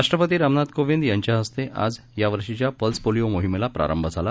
राष्ट्रपतीरामनाथकोविंदयांच्याहस्तेआजयावर्षीच्यापल्सपोलिओमोहिमेचाप्रारंभझाला